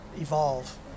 evolve